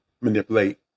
manipulate